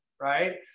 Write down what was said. right